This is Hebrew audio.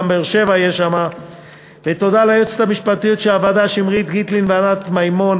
ותודה ליועצת המשפטית של הוועדה שמרית גיטלין ולענת מימון,